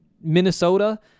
Minnesota